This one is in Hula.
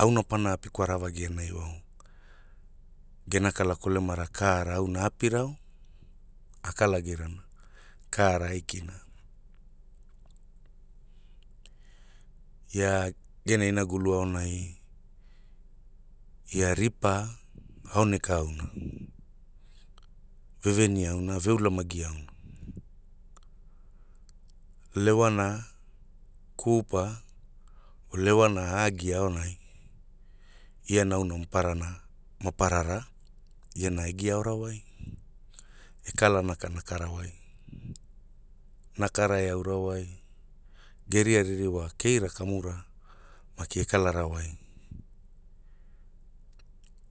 Auna pana api kwara vagia naiwao, gena kala kolemara kaara auna a apirao, a kalagirana, kaara aikina, ia, gena inagulu aonai, ia ripa, aokenka auna, ve veni auna ve ulamagi auna, lewana, kupa, o lewana agi aonai ia nauna maparana, maparara iana e gia aora wai, e kala naka nakara wai, nakara e aora wai, geria ririwa keira kamura, meki e kalara wai,